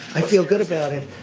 i feel good about it